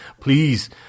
Please